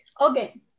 Okay